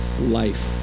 life